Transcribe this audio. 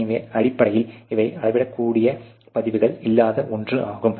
எனவே அடிப்படையில் இவை அளவிடக்கூடிய பதிவுகள் இல்லாத ஒன்று ஆகும்